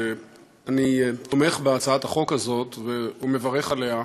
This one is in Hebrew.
אני תומך בהצעת החוק הזאת ומברך עליה.